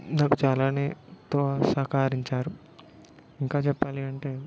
నాకు చాలా ఎంతో సహకరించారు ఇంకా చెప్పాలి అంటే